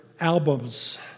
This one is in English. albums